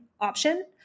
option